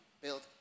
built